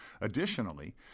Additionally